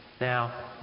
Now